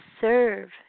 serve